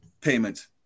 payment